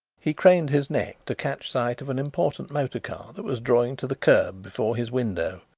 he craned his neck to catch sight of an important motor-car that was drawing to the kerb before his window.